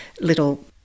little